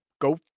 go